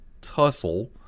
tussle